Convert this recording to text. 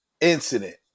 incident